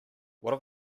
what